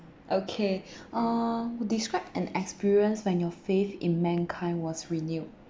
okay uh describe an experience when your faith in mankind was renewed